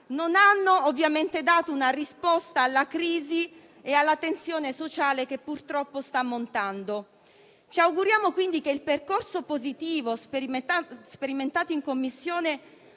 non ha ovviamente dato una risposta alla crisi e alla tensione sociale che purtroppo sta montando. Ci auguriamo, quindi, che il percorso positivo sperimentato in Commissione